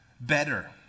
better